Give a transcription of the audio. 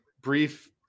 brief